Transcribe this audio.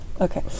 Okay